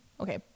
okay